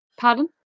Pardon